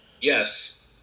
Yes